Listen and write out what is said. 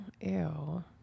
ew